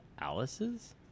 Alice's